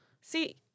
See